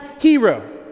hero